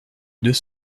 deux